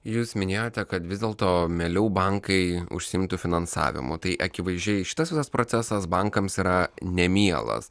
jūs minėjote kad vis dėlto mieliau bankai užsiimtų finansavimu tai akivaizdžiai šitas visas procesas bankams yra nemielas